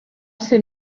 ser